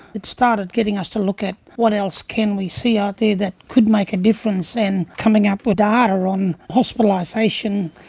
it started getting us to look at what else can we see out there that could make a difference and coming up with data on hospitalisation,